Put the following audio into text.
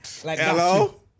Hello